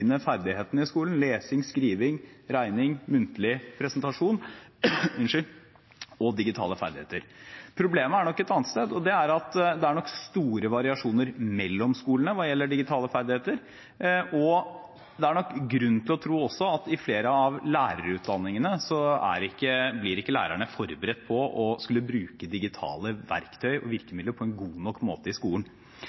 grunnleggende ferdighetene i skolen: lesning, skriving, regning, muntlig presentasjon – og digitale ferdigheter. Problemet er nok et annet sted. Det er at det er nok store variasjoner mellom skolene hva gjelder digitale ferdigheter, og det er grunn til å tro også at i flere av lærerutdanningene blir ikke lærerne forberedt på å skulle bruke digitale verktøy og